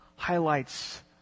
highlights